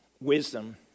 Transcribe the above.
Wisdom